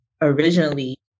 originally